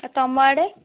ଆ ତୁମ ଆଡ଼େ